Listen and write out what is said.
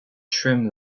trim